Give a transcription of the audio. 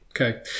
Okay